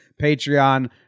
Patreon